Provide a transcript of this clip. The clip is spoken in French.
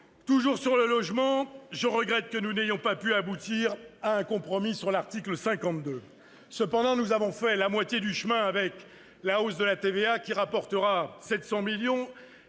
Toujours sur le logement, je regrette que nous n'ayons pas pu aboutir à un compromis sur l'article 52. Cependant, nous avons fait la moitié du chemin avec une hausse de la TVA, qui rapportera 700 millions